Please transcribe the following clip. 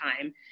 time